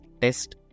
test